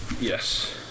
Yes